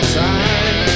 time